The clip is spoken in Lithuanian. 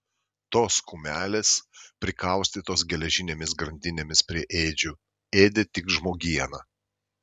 tos kumelės prikaustytos geležinėmis grandinėmis prie ėdžių ėdė tik žmogieną